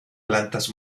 plantas